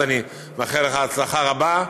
אז אני מאחל לך הצלחה רבה.